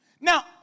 Now